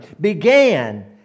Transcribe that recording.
began